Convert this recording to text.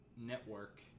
network